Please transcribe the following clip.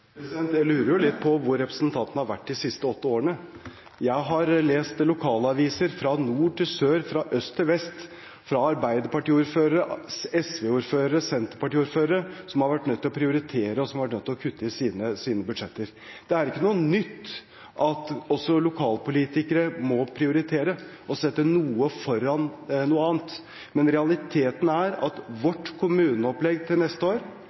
Jeg lurer litt på hvor representanten Lauvås har vært de siste åtte årene. Jeg har lest lokalaviser fra nord til sør, fra øst til vest, om arbeiderpartiordførere, SV-ordførere og senterpartiordførere som har vært nødt til å prioritere, og som har vært nødt til å kutte i sine budsjetter. Det er ikke noe nytt at også lokalpolitikere må prioritere og sette noe foran noe annet. Men realiteten er at vårt kommuneopplegg til neste år